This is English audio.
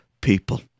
people